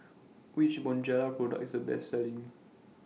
Which Bonjela Product IS The Best Selling